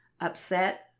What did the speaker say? upset